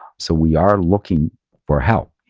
so we are looking for help,